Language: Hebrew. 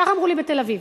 כך אמרו לי בתל-אביב,